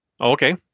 Okay